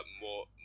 more